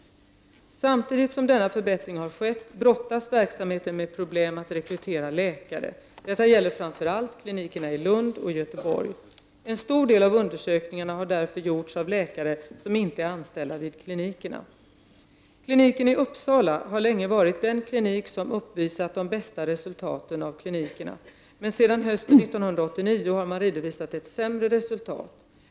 Samtidigt som denna förbättring har skett brottas verksamheten med problem att rekrytera läkare. Detta gäller framför allt klinikerna i Lund och Göteborg. En stor del av undersökningarna har därför gjorts av läkare som inte är anställda vid klinikerna. Kliniken i Uppsala har länge varit den klinik som uppvisat de bästa resultaten av klinikerna. Men sedan hösten 1989 har man redovisat ett sämre resultat.